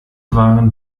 waren